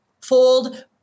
fold